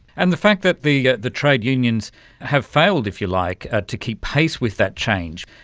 and the fact that the yeah the trade unions have failed, if you like, ah to keep pace with that change,